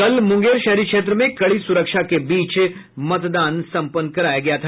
कल मुंगेर शहरी क्षेत्र में कड़ी सुरक्षा के बीच मतदान सम्पन्न कराया गया था